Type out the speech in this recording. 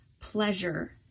pleasure